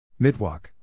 Midwalk